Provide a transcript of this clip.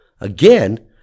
Again